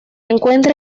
encuentra